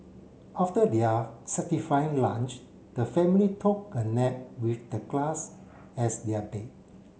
after their satisfying lunch the family took a nap with the grass as their bed